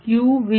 FqvBPv